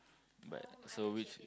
but so which